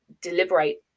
deliberate